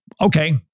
okay